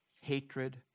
hatred